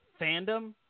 fandom